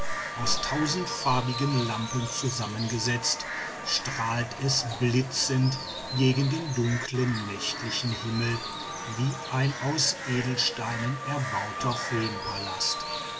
aus tausendfarbigen lampen zusammengesetzt strahlt es blitzend gegen den dunklen nächtlichen himmel wie ein aus edelsteinen erbauter